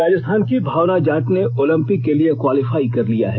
राजस्थान की भावना जाट ने ओलिंपिक के लिए क्वालीफाई कर लिया है